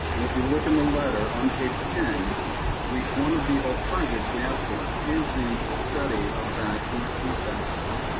and if you look in the letter on page ten we one of the alternatives, we asked for it is the study of that east access.